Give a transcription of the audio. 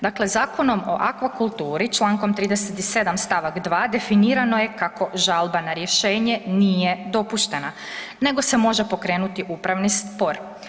Dakle, Zakonom o akvakulturi Člankom 37. stavak 2. definirano je kako žalba na rješenje nije dopuštena nego se može pokrenuti upravni spor.